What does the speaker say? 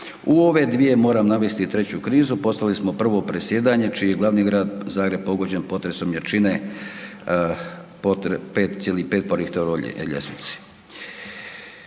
U ove dvije moram navesti i treću krizu, postali smo prvo predsjedanje čiji je glavni grad Zagreb pogođen potresom jačine 5,5 po Richterovoj ljestvici.